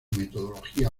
metodología